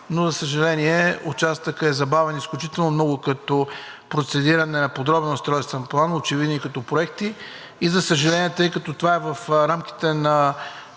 но за съжаление, участъкът е забавен изключително много като процедиране на подробен устройствен план, очевидно и като проекти. И за съжаление, тъй като това е в рамките на